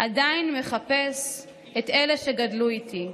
עדיין מחפש / את אלה שגדלו איתי.